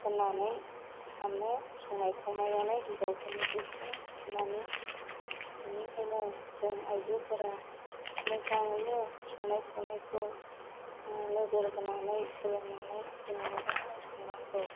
होन्नानै सानो संनाय खावनायानो हिन्जावफोरनि देरसिन खामानि बेनिखायनो जों आइजोफोरा मोजाङैनो संनाय खावनायखौ नोजोर होनानै सोलोंनानै जोङो मोजाङै संनांगौ